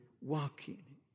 walking